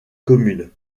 commune